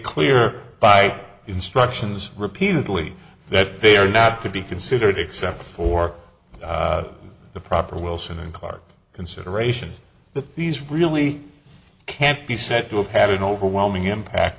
clear by instructions repeatedly that they are not to be considered except for the proper wilson and clark considerations that these really can't be said to have had an overwhelming impact